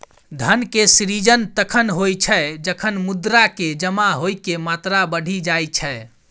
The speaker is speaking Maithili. धन के सृजन तखण होइ छै, जखन मुद्रा के जमा होइके मात्रा बढ़ि जाई छै